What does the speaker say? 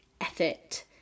effort